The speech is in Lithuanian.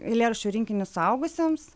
eilėraščių rinkinį suaugusiems